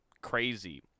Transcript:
crazy